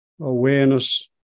awareness